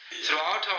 throughout